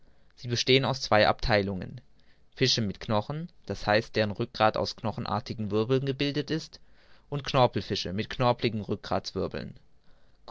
sie bestehen aus zwei abtheilungen fische mit knochen d h deren rückgrat aus knochenartigen wirbeln gebildet ist und knorpelfische mit knorpeligen